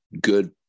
good